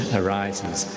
arises